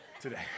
today